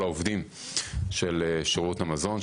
וכמובן את כל העובדים של שירות המזון.